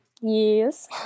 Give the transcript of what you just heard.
Yes